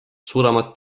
suuremat